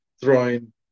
throwing